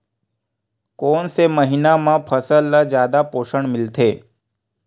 कोन से महीना म फसल ल जादा पोषण मिलथे?